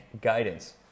guidance